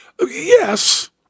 Yes